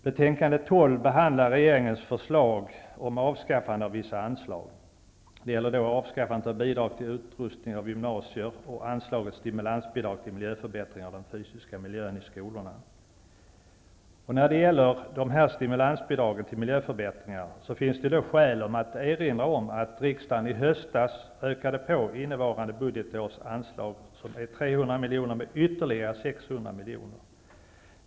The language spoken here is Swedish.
Betänkande nr 12 behandlar regeringens förslag om avskaffande av vissa anslag. Det gäller då avskaffande av anslaget Bidrag till upprustning för gymnasier och anslaget Stimulansbidrag till förbättringar av den fysiska miljön i skolorna. När det gäller stimulansbidragen till miljöförbättringar, finns det skäl att erinra om att riksdagen i höstas ökade innevarande budgetårs anslag -- 300 miljoner -- med ytterligare 600 miljoner.